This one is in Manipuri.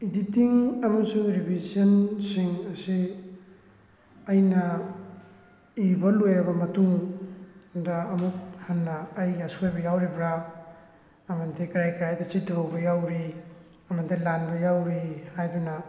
ꯏꯗꯤꯇꯤꯡ ꯑꯃꯁꯨꯡ ꯔꯤꯚꯤꯖꯟꯁꯤꯡ ꯑꯁꯤ ꯑꯩꯅ ꯏꯕ ꯂꯣꯏꯔꯕ ꯃꯇꯨꯡ ꯗ ꯑꯃꯨꯛ ꯍꯟꯅ ꯑꯩꯒꯤ ꯑꯁꯣꯏꯕ ꯌꯥꯎꯔꯤꯕ꯭ꯔꯥ ꯑꯃꯗꯤ ꯀꯔꯥꯏ ꯀꯔꯥꯏꯗ ꯆꯤꯠꯊꯍꯧꯕ ꯌꯥꯎꯔꯤ ꯑꯃꯗꯤ ꯂꯥꯟꯕ ꯌꯥꯎꯔꯤ ꯍꯥꯏꯗꯅ